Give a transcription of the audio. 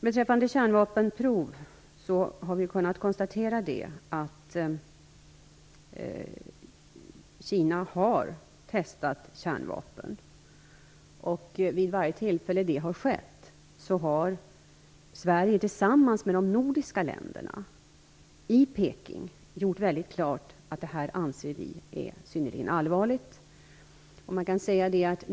Ifråga om kärnvapenprov har vi kunnat konstatera att Kina har testat kärnvapen. Vid varje tillfälle som det har skett har Sverige tillsammans med de övriga nordiska länderna gjort väldigt klart för Peking att vi ser detta som synnerligen allvarligt.